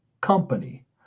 company